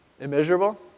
Immeasurable